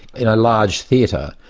in a large theatre,